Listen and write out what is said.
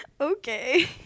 Okay